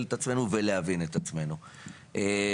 את עצמנו ולהבין את עצמנו כל הזמן.